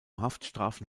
haftstrafen